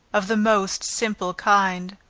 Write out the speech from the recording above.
of the most simple kind.